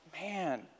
Man